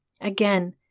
Again